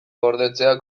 gordetzea